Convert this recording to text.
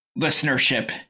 listenership